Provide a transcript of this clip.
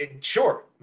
sure